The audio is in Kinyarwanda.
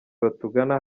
batugana